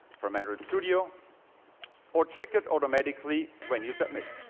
from android studio or trick it automatically when you submit.